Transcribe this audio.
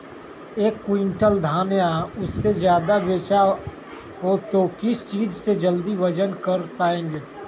एक क्विंटल धान या उससे ज्यादा बेचना हो तो किस चीज से जल्दी वजन कर पायेंगे?